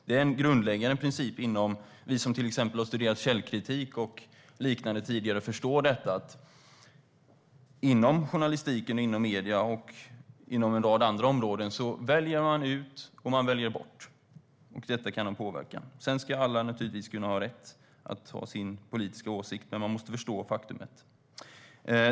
Det är en grundläggande princip inom journalistiken, inom medier och inom en rad andra områden, vet vi som tidigare har studerat källkritik och liknande, att man väljer ut och väljer bort och att det kan ha påverkan. Sedan ska naturligtvis alla ha rätt att ha sin politiska åsikt, men man måste förstå faktumet.